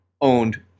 owned